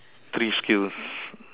three skills